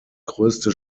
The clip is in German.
größte